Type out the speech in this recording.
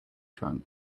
trunk